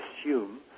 assume